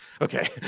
Okay